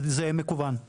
זה מקוון.